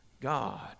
God